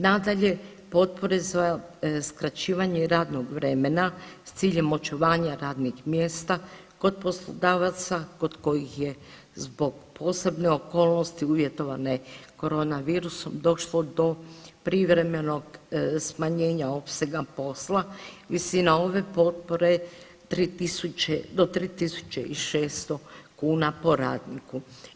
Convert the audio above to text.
Nadalje, potpore za skraćivanje radnog vremena s ciljem očuvanja radnih mjesta kod poslodavaca kod kojih je zbog posebne okolnosti uvjetovane korona virusom došlo do privremenog smanjena opsega posla, visina ove potpore do 3.600 kuna po radniku.